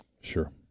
Sure